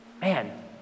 Man